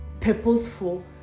purposeful